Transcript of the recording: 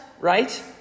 right